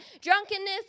Drunkenness